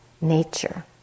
nature